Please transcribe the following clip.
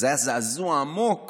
אז היה זעזוע עמוק